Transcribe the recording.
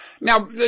now